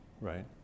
right